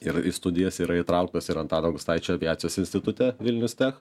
ir į studijas yra įtrauktas ir antano gustaičio aviacijos institute vilnius tiek